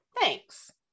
Thanks